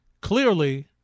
Clearly